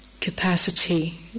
capacity